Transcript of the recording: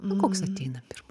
nu koks ateina pirma